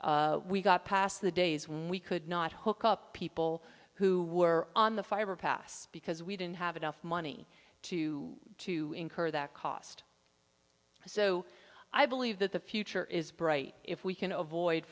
and we got past the days when we could not hook up people who were on the fiber pass because we didn't have enough money to to incur that cost so i believe that the future is bright if we can avoid